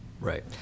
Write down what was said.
Right